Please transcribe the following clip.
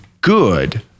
good